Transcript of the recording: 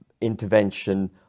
intervention